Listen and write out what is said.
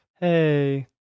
Hey